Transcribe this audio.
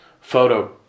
photo